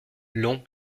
longs